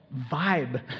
vibe